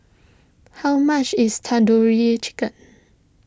how much is Tandoori Chicken